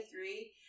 three